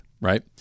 right